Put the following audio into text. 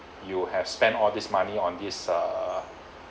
you have spent all this money on this err